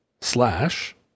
slash